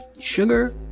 sugar